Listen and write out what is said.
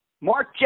Mark